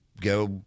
go